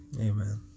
Amen